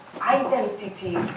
identity